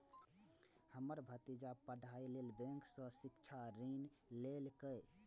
हमर भतीजा पढ़ाइ लेल बैंक सं शिक्षा ऋण लेलकैए